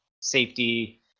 safety